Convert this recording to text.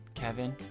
kevin